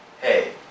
hey